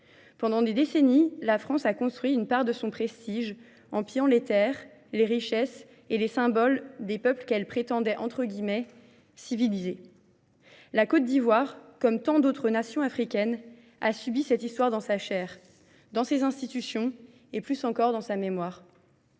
Pendant des décennies, la France a construit une part de son prestige en pillant les terres, les richesses et les symboles des peuples qu'elle prétendait entre guillemets « civilisés ». La Côte d'Ivoire, comme tant d'autres nations africaines, a subi cette histoire dans sa chair, dans ses institutions et plus encore dans sa mémoire.